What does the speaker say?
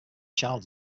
child